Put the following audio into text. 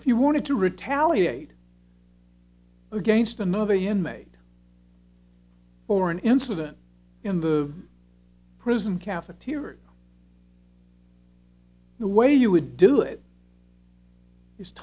if you wanted to retaliate against another you made for an incident in the prison cafeteria the way you would do it